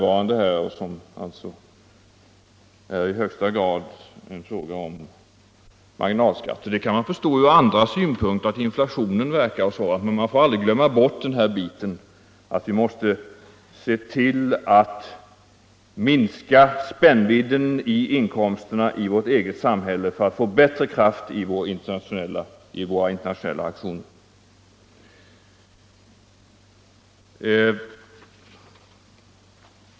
Att den i högsta grad kretsar kring frågan om marginalskatter kan man förstå ur andra synpunkter, med hänsyn till inflationen osv., men vi får aldrig glömma bort strävandena att minska inkomstspännvidderna i vårt eget samhälle, varigenom vi kan få bättre kraft i våra internationella aktioner.